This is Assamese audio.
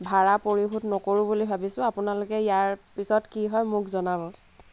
ভাৰা পৰিশোধ নকৰোঁ বুলি ভাবিছোঁ আপোনালোকে ইয়াৰ পিছত কি হয় মোক জনাব